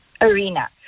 arena